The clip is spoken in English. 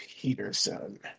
Peterson